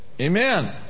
Amen